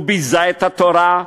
וביזה את התורה,